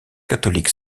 catholique